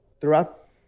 throughout